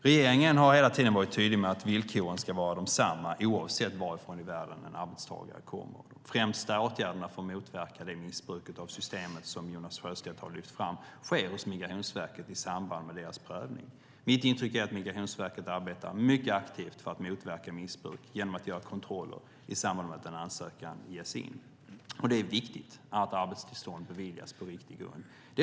Regeringen har hela tiden varit tydlig med att villkoren ska vara desamma oavsett varifrån i världen en arbetstagare kommer. De främsta åtgärderna för att motverka det missbruk av systemet som Jonas Sjöstedt lyfter fram sker hos Migrationsverket i samband med deras prövning. Mitt intryck är att Migrationsverket arbetar mycket aktivt för att motverka missbruk genom att göra kontroller i samband med att en ansökan kommer in. Det är viktigt att arbetstillstånd beviljas på riktig grund.